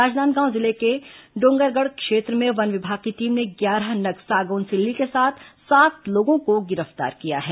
राजनांदगांव जिले के डोंगरगढ़ क्षेत्र में वन विभाग की टीम ने ग्यारह नग सागौन सिल्ली के साथ सात लोगों को गिरफ्तार किया है